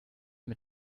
mit